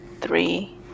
three